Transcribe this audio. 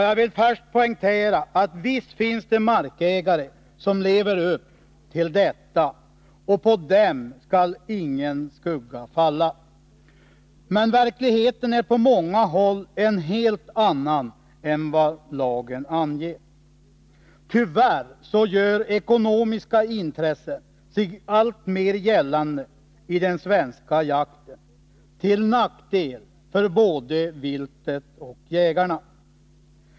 Jag vill först poängtera att visst finns det markägare som lever upp till detta, och på dem skall ingen skugga falla. Men verkligheten är på många håll en helt annan än vad lagen anger. Tyvärr gör ekonomiska intressen sig alltmer gällande i den svenska jakten, till nackdel för både viltet och jägarna.